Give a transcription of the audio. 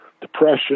depression